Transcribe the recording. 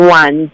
one